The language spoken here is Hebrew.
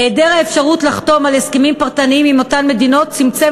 היעדר האפשרות לחתום על הסכמים פרטניים עם אותן מדינות צמצם